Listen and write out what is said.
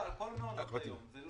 על כל מעונות היום,